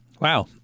Wow